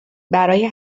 برای